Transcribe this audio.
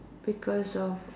because of